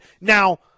Now